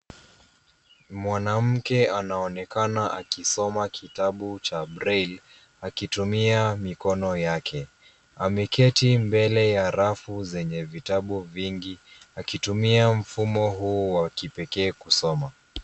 Mwanamke anaonekana akisoma kitabu cha breli akitumia mikono yake. Ameketi mbele ya rafu zenye vitabu vingi akitumia mfumo huu wa kipekee kusoma.